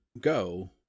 go